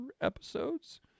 episodes